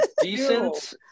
decent